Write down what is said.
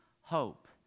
hope